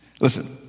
Listen